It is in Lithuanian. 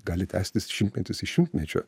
gali tęstis šimtmetis iš šimtmečio